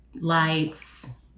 lights